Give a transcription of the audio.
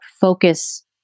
focus